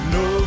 no